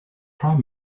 prime